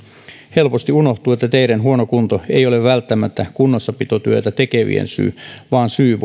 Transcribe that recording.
helposti unohtuu että teiden huono kunto ei ole välttämättä kunnossapitotyötä tekevien syy vaan syy